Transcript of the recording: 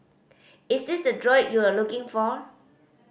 is this the droid you're looking for